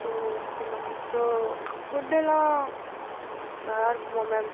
ஓ okay ma'am இப்போ ஃபுட்டுலாம் ஸ் நல்லாயிருக்குமா மேம்